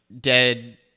dead